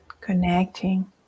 connecting